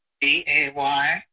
D-A-Y